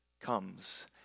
comes